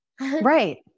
right